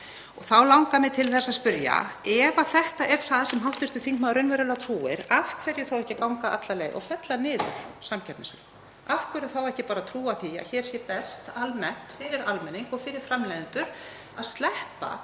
Þá langar mig til að spyrja: Ef þetta er það sem hv. þingmaður raunverulega trúir, af hverju þá ekki að ganga alla leið og fella niður samkeppnislög? Af hverju þá ekki bara að trúa því að það sé best fyrir almenning og fyrir framleiðendur að sleppa